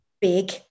big